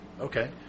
okay